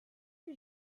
did